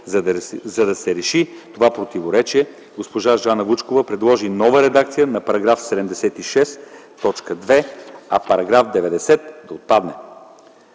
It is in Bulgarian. За да се реши това противоречие госпожа Жана Вучкова предложи нова редакция на § 76, т. 2, а § 90 да отпадне.